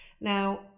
Now